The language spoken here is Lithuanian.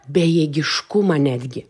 bejėgiškumą netgi